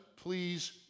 please